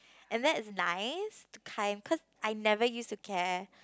and that is nice to cause I never used to care